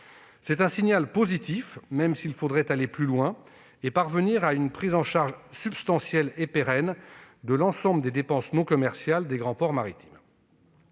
un signal positif, même s'il faudrait aller plus loin et parvenir à une prise en charge substantielle et pérenne de l'ensemble des dépenses non commerciales des grands ports maritimes.